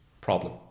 problem